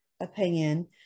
opinion